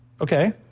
okay